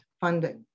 funding